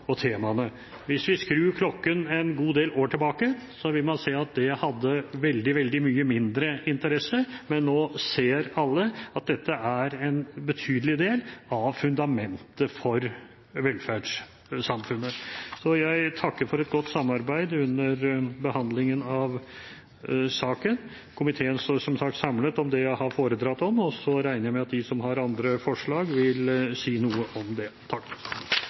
og temaene. Hvis vi skrur klokken en god del år tilbake, vil man se at det hadde veldig mye mindre interesse, men nå ser alle at dette er en betydelig del av fundamentet for velferdssamfunnet. Jeg takker for et godt samarbeid under behandlingen av saken. Komiteen står som sagt samlet om det jeg har foredratt om, og jeg regner med at de som har andre forslag, vil si noe om det.